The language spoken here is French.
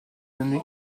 donné